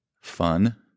fun